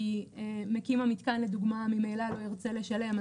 כי מקים המיתקן לדוגמה ממילא לא ירצה לשלם,